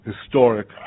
historic